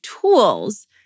tools